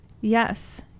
Yes